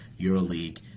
EuroLeague